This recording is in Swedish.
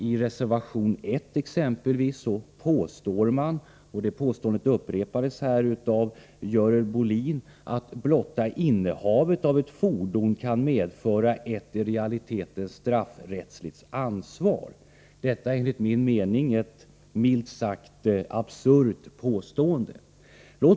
I reservation 1 exempelvis påstår man — och det påståendet upprepades här av Görel Bohlin — att blotta innehavet av ett fordon kan medföra ett i realiteten straffrättsligt ansvar. Detta anser jag vara ett milt sagt absurt påstående.